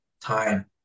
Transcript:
time